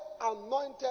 anointed